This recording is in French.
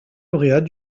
lauréat